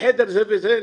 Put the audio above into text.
בחדר זה וזה,